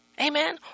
Amen